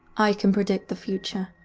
i can predict the future.